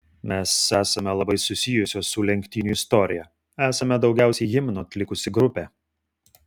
mes esame labai susijusios su lenktynių istorija esame daugiausiai himnų atlikusi grupė